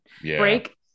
break